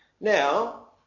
Now